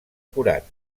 curat